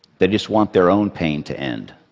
they just want their own pain to end.